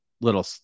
little